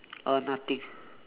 uh nothing